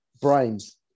brains